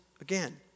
again